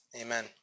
Amen